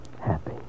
happy